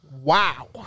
Wow